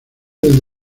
del